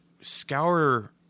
scour